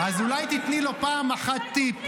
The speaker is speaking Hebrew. אז אולי תיתני לו פעם אחת טיפ -- אולי תחליף,